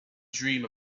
dream